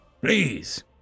Please